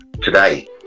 today